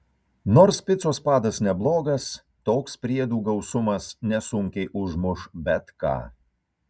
nors picos padas neblogas toks priedų gausumas nesunkiai užmuš bet ką